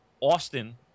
Austin